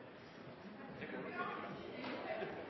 det kunne vi